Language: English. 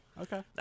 Okay